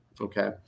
okay